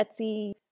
Etsy